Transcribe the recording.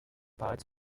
part